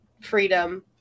freedom